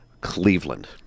Cleveland